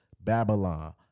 Babylon